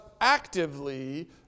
actively